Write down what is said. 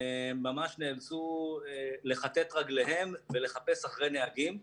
ממש נאלצו לכתת רגליהם ולחפש אחרי נהגים.